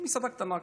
מסעדה קטנה כזאת,